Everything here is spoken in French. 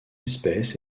espèce